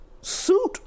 Suit